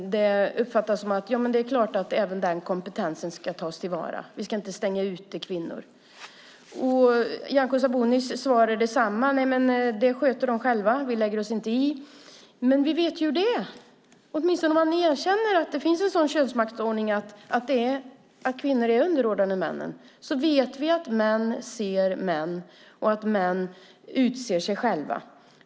Det uppfattas som att det är klart att även denna kompetens ska tas till vara. Vi ska inte stänga ute kvinnor. Nyamko Sabunis svar är detsamma: Det sköter de själva. Vi lägger oss inte i. Men vi vet ju hur det är. Om man åtminstone erkänner att det finns en könsmaktsordning där kvinnor är underordnade männen vet vi att män ser män och att män utser sig själva.